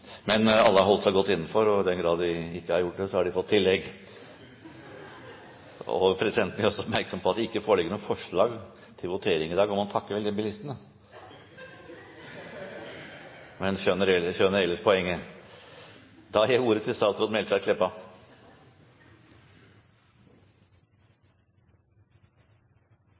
Men alle har holdt seg godt innenfor taletiden, og i den grad de ikke har gjort det, har de fått tillegg. Presidenten gjør oppmerksom på at det ikke foreligger noe forslag til votering i dag om å takke bilistene, men skjønner